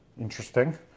interesting